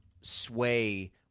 sway